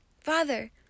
Father